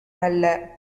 நல்ல